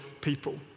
people